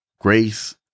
grace